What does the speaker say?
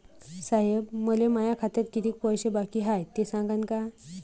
साहेब, मले माया खात्यात कितीक पैसे बाकी हाय, ते सांगान का?